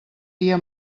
dia